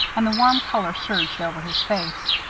and the warm color surged over his face.